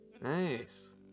Nice